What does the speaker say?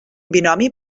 binomi